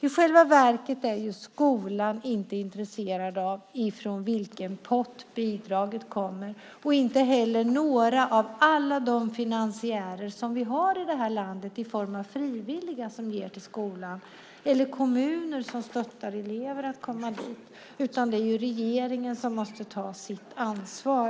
I själva verket är skolan inte intresserad av från vilken pott bidraget kommer. Det är inte heller några av alla de finansiärer som vi har i det här landet i form av frivilliga som ger till skolan eller kommuner som stöttar elever att komma dit. Det är regeringen som måste ta sitt ansvar.